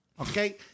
Okay